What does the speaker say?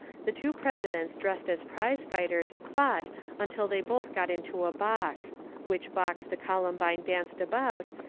the two presidents dressed as prize fighters fought until they both got into a box which box the columbine danced about,